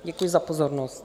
Děkuji za pozornost.